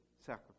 sacrifice